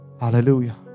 Hallelujah